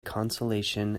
consolation